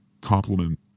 compliment